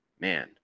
man